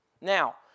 Now